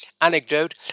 anecdote